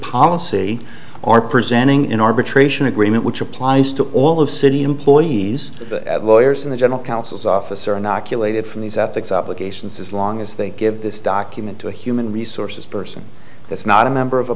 policy or presenting an arbitration agreement which applies to all of city employees lawyers in the general counsel's office or inoculated from these ethics obligations as long as they give this document to a human resources person that's not a member of a